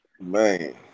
Man